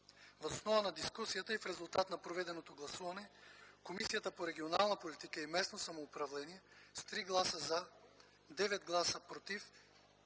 Въз основа на дискусията и в резултат на проведеното гласуване Комисията по регионална политика и местно самоуправление: - с 3 гласа „за”, без „против”